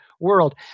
world